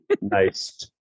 nice